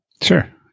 Sure